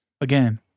Again